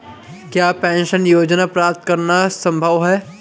क्या पेंशन योजना प्राप्त करना संभव है?